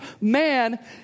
man